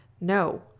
No